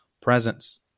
presence